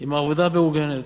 עם העבודה המאורגנת.